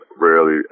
rarely